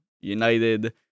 United